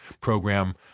program